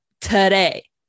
today